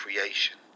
creation